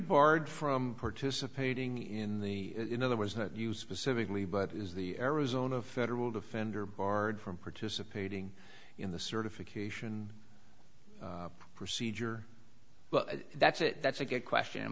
barred from participating in the in other words that you specifically but is the arizona federal defender barred from participating in the certification procedure well that's it that's a good question